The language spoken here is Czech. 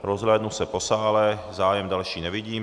Rozhlédnu se po sále, zájem další nevidím.